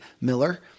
Miller